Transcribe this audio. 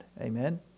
Amen